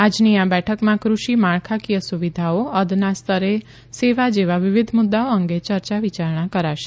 આજની આ બેઠકમાં કૃષિ માળખાકીય સુવિધાઓ અદના સ્તરે સેવા જેવા વિવિધ મુદ્દાઓ અંગે ચર્ચા વિચારણા કરાશે